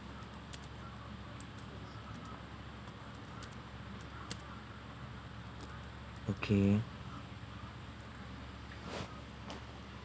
okay